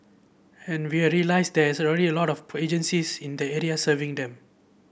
and we are realised that there is already a lot of agencies in the area serving them